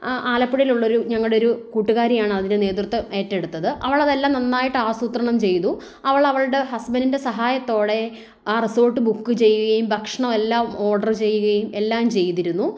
ആ ആലപ്പുഴയിൽ ഉള്ളൊരു ഞങ്ങളുടെ ഒരു കൂട്ടുകാരിയാണ് അതിന് നേതൃത്വം ഏറ്റെടുത്തത് അവൾ അതെല്ലാം നന്നായിട്ട് ആസൂത്രണം ചെയ്തു അവൾ അവളുടെ ഹസ്ബൻഡിൻ്റെ സഹായത്തോടെ ആ റിസോർട്ട് ബുക്ക് ചെയ്യുകയും ഭക്ഷണം എല്ലാം ഓർഡർ ചെയ്യുകയും എല്ലാം ചെയ്തിരുന്നു